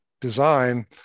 design